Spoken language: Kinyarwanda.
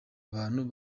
abantu